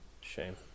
Shame